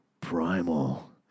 primal